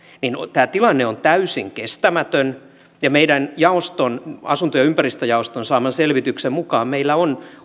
tämä tilanne on täysin kestämätön meidän asunto ja ympäristöjaostomme saaman selvityksen mukaan meillä on